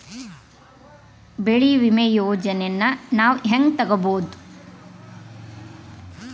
ಬೆಳಿ ವಿಮೆ ಯೋಜನೆನ ನಾವ್ ಹೆಂಗ್ ತೊಗೊಬೋದ್?